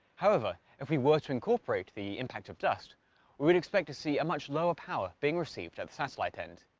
however, if we were to incorporate the impact of dust we would expect to see a much lower power being received at the satellite end.